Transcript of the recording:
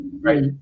Right